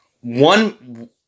One